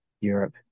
Europe